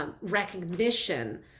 Recognition